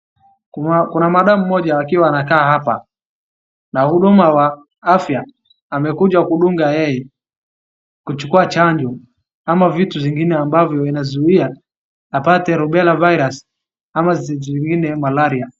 Kuna madam mmoja akiwa anakaa hapa na huduma wa hapa amekuja kudunga yeye. Kuchukua chanjo ama vitu zingine ambavyo inazuia apate rubela virus ama siku zingine malaria.